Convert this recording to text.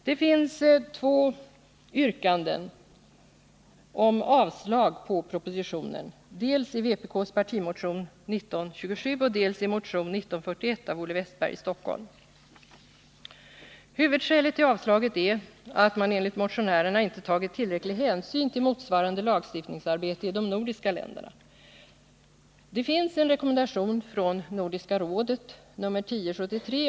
Det finns två yrkanden om avslag på propositionen, dels i vpk:s partimotion 1927, dels i motion 1941 av Olle Wästberg i Stockholm. Huvudskälet till avslagsyrkandet är att man enligt motionärerna inte tagit tillräcklig hänsyn till motsvarande lagstiftningsarbete i de nordiska länderna. Det finns en rekommendation från Nordiska rådet, nr 10/1973.